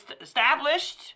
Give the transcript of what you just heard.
established